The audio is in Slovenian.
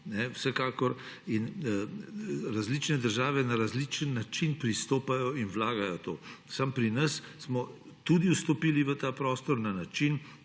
vsekakor, in različne države na različen način pristopajo in vlagajo v to. Samo pri nas smo tudi vstopili v ta prostor na način